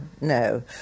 no